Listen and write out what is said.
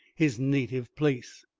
his native place.